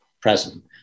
present